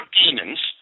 demons